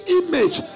image